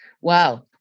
Wow